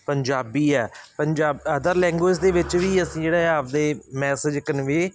ਪੰਜਾਬੀ ਹੈ Punjab other language ਦੇ ਵਿੱਚ ਵੀ ਅਸੀਂ ਜਿਹੜਾ ਆਪਦੇ ਮੈਸੇਜ ਕਨਵੇ